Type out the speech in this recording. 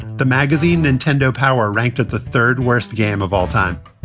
the magazine nintendo power ranked it the third worst game of all time.